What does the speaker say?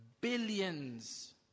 billions